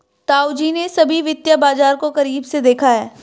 ताऊजी ने सभी वित्तीय बाजार को करीब से देखा है